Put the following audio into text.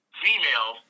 female